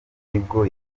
nibwo